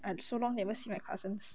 I'm so long never see my cousins